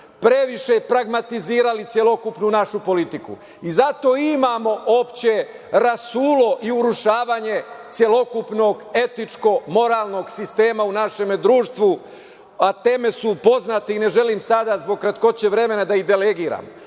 previše pragmatizirali celokupnu našu politiku i zato imamo opšte rasulo i urušavanje celokupnog etičko-moralnog sistema u našem društvu, a teme su poznate i ne želim sada zbog kratkoće vremena da ih delegiram.